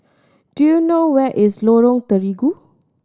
do you know where is Lorong Terigu